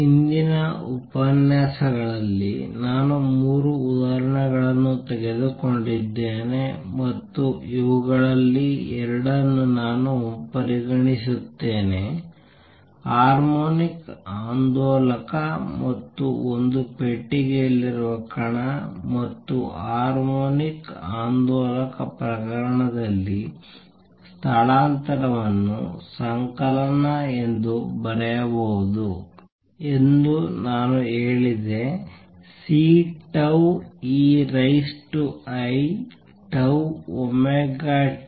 ಹಿಂದಿನ ಉಪನ್ಯಾಸಗಳಲ್ಲಿ ನಾನು 3 ಉದಾಹರಣೆಗಳನ್ನು ತೆಗೆದುಕೊಂಡಿದ್ದೇನೆ ಮತ್ತು ಇವುಗಳಲ್ಲಿ 2 ಅನ್ನು ನಾನು ಪರಿಗಣಿಸುತ್ತೇನೆ ಹಾರ್ಮೋನಿಕ್ ಆಂದೋಲಕ ಮತ್ತು ಒಂದು ಪೆಟ್ಟಿಗೆಯಲ್ಲಿರುವ ಕಣ ಮತ್ತು ಹಾರ್ಮೋನಿಕ್ ಆಂದೋಲಕ ಪ್ರಕರಣದಲ್ಲಿ ಸ್ಥಳಾಂತರವನ್ನು ಸಂಕಲನ ಎಂದು ಬರೆಯಬಹುದು ಎಂದು ನಾನು ಹೇಳಿದೆ C tau e rise to i tau omega t